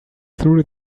through